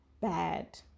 bad